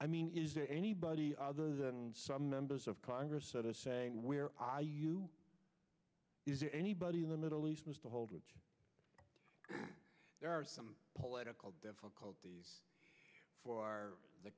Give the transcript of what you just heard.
i mean is there anybody others and some members of congress are saying where are you is there anybody in the middle east was to hold which there are some political difficulties for the